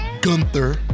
Gunther